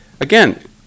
Again